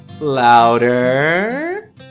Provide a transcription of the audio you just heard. Louder